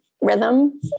rhythm